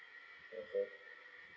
mmhmm